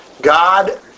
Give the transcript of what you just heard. God